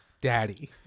daddy